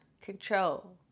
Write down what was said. control